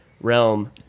realm